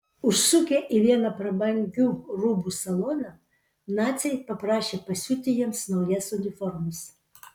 užsukę į vieną prabangių rūbų saloną naciai paprašė pasiūti jiems naujas uniformas